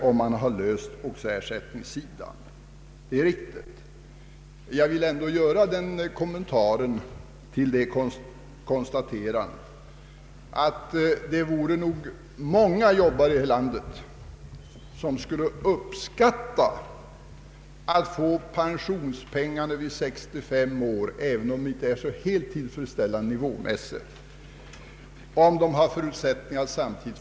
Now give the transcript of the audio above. Till det konstaterandet vill jag ändå göra kommentaren att det nog är många arbetare i detta land som skulle uppskatta att få ut pensionspengar vid 65 års ålder, även om det inte är så helt tillfredsställande om de samtidigt har fysiska förutsättningar att arbeta.